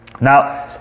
Now